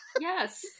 Yes